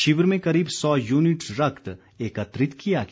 शिविर में करीब सौ यूनिट रक्त एकत्रित किया गया